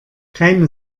keine